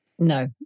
No